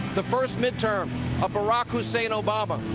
the first midterm of barack hussein obama,